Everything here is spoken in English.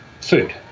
food